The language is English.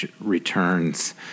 returns